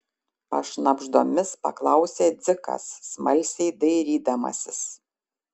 pašnabždomis paklausė dzikas smalsiai dairydamasis